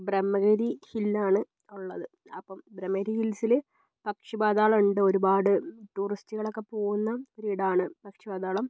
ബ്രഹ്മഗിരി ഹില്ലാണ് ഉള്ളത് അപ്പം ബ്രഹ്മഗിരി ഹിൽസിൽ പക്ഷി പാതാളം ഉണ്ട് ഒരുപാട് ടൂറിസ്റ്റുകളൊക്കെ പോകുന്ന ഒരിടമാണ് പക്ഷി പാതാളം